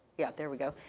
yeah, there we go.